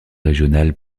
régional